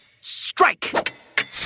strike